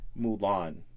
Mulan